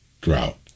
drought